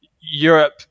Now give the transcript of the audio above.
Europe